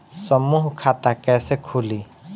समूह खाता कैसे खुली?